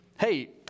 Hey